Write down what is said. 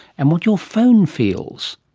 and what your phone feels.